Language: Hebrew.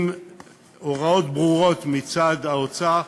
עם הוראות ברורות מצד האוצר,